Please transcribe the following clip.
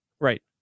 right